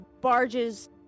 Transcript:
barges